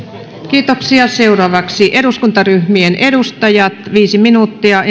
kiitoksia seuraavaksi eduskuntaryhmien edustajat viisi minuuttia